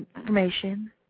information